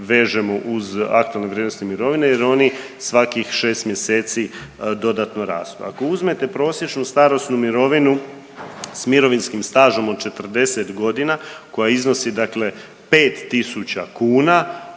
uz aktualne vrijednosti mirovine jer oni svakih 6 mjeseci dodatno rastu. Ako uzmete prosječnu starosnu mirovinu s mirovinskim stažom od 40 godina koja iznosi, dakle 5 tisuća kuna,